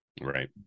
right